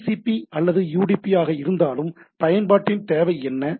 எனவே TCP அல்லது UDP ஆக இருந்தாலும் பயன்பாட்டின் தேவை என்ன